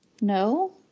No